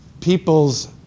people's